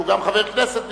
שהוא גם חבר כנסת נכבד.